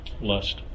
Lust